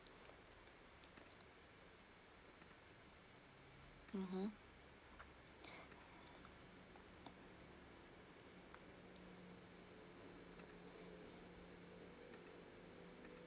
mmhmm